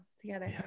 together